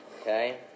okay